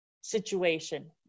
situation